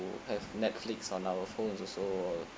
have netflix on our phones also